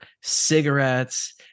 cigarettes